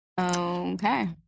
Okay